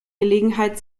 gelegenheit